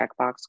checkbox